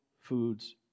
Foods